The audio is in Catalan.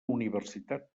universitat